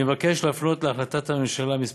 אני מבקש להפנות להחלטת הממשלה מס'